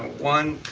one,